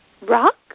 rock